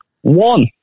one